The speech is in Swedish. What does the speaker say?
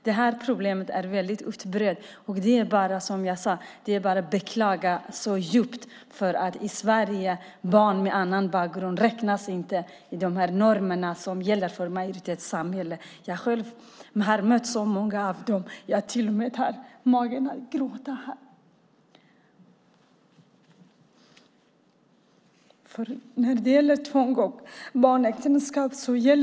Det här problemet är mycket utbrett, och som jag sade är det bara att djupt beklaga att de normer som gäller för majoritetssamhället inte gäller för barn och ungdomar med annan bakgrund i Sverige. Jag har mött många av dem. Jag har svårt att inte börja gråta när jag tänker på det tvång som barnäktenskap innebär.